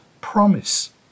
promise